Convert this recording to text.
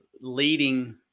leading